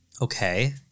Okay